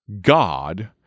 God